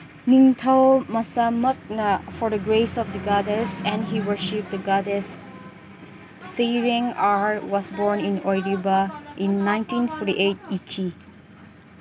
ꯅꯤꯡꯊꯧ ꯃꯁꯥꯃꯛꯅ for the grace of the goddess and he worship the goddess ꯁꯩꯔꯦꯡ are was born in ꯑꯣꯏꯔꯤꯕ in nineteen forty eight ꯏꯈꯤ